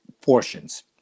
portions